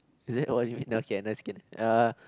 is it oh what you mean just kidding uh